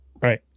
right